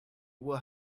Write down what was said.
will